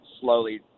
slowly